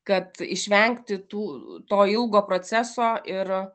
kad išvengti tų to ilgo proceso ir